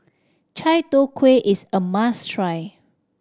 Chai Tow Kuay is a must try